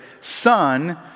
Son